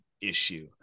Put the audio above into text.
issue